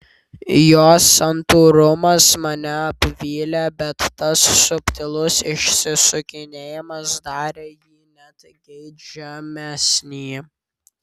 jo santūrumas mane apvylė bet tas subtilus išsisukinėjimas darė jį net geidžiamesnį